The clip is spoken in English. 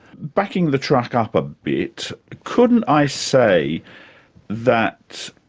backing the truck up a bit, couldn't i say that